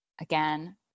again